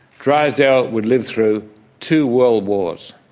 drysdale would live through two world wars,